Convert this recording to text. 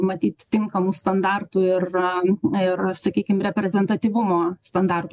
matyt tinkamų standartų ir ir sakykim reprezentatyvumo standartų